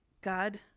God